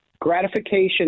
gratification